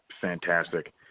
fantastic